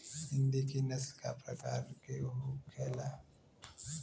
हिंदी की नस्ल का प्रकार के होखे ला?